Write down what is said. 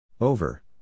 Over